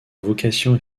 vocation